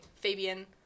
Fabian